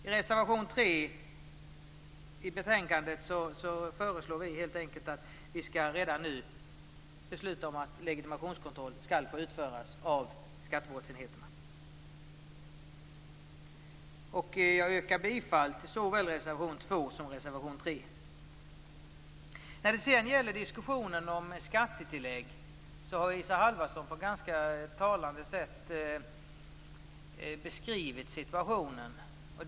I reservation 3 i betänkandet föreslår vi helt enkelt att vi redan nu skall besluta om att legitimationskontroll skall få utföras av skattebrottsenheterna. Jag yrkar bifall till såväl reservation 2 som reservation 3. När det sedan gäller diskussionen om skattetillägg har Isa Halvarsson beskrivit situationen på ett ganska talande sätt.